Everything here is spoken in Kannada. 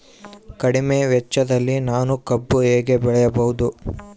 ಕಡಿಮೆ ವೆಚ್ಚದಲ್ಲಿ ನಾನು ಕಬ್ಬು ಹೇಗೆ ಬೆಳೆಯಬಹುದು?